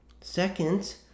Second